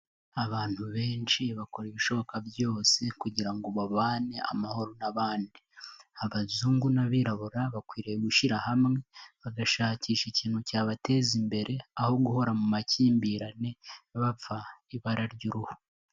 Abantu benshi bakora ibishoboka byose kugira ngo babane amahoro n'abandi, abazungu n'abirabura bakwiriye gushyira hamwe bagashakisha ikintu cyabateza imbere, aho guhora mu makimbirane bapfa ibara ry'uruhu.